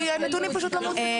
הנתונים פשוט לא מעודכנים.